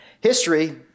History